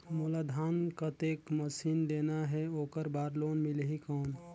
मोला धान कतेक मशीन लेना हे ओकर बार लोन मिलही कौन?